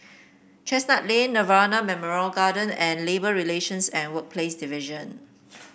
Chestnut Lane Nirvana Memorial Garden and Labour Relations and Workplace Division